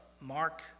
Mark